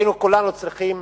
כולנו היינו צריכים